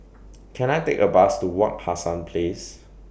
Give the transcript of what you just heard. Can I Take A Bus to Wak Hassan Place